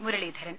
Muraleedharan